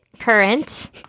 current